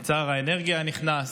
את שר האנרגיה הנכנס,